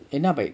என்னா:ennaa bike